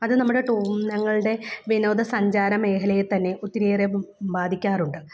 അത് നമ്മുടെ വിനോദസഞ്ചാര മേഖലയെ തന്നെ ഒത്തിരിയേറെ ബാധിക്കാറുണ്ട്